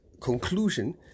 conclusion